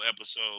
episode